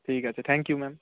ঠিক আছে thank you ma'am